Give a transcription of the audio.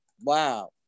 Wow